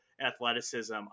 athleticism